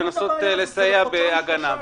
כדי לנסות לסייע בהגנה שלהם.